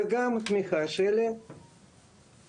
וגם תמיכה של הפרופסורים,